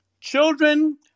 Children